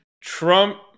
Trump